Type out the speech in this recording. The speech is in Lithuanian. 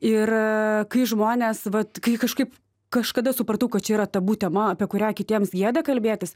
ir kai žmonės vat kai kažkaip kažkada supratau kad čia yra tabu tema apie kurią kitiems gėda kalbėtis